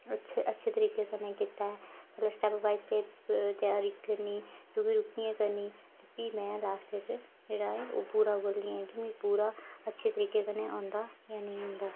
अच्छे अच्छे तरीके कन्नै कीता ऐ मतलब स्टेप बाय स्टेप त्यारी करनी क्योंकि रुकियै करनी फ्ही मैं लास्ट च जेह्ड़ा ओह् पूरा बोलनी क्योंकि मी पूरा अच्छे तरीके कन्नै आंदा जां नेईं आंदा